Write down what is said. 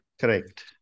Correct